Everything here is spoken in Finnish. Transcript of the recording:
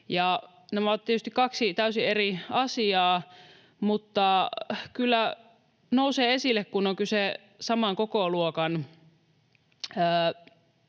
Nämä ovat tietysti kaksi täysin eri asiaa, mutta kun on kyse saman kokoluokan